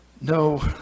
No